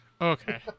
Okay